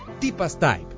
Tipastype